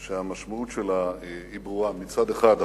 שהמשמעות שלה ברורה: מצד אחד,